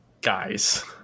Guys